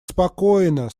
спокойно